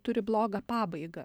turi blogą pabaigą